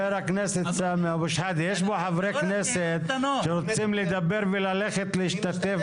יש פה חברי כנסת שרוצים לדבר וללכת להשתתף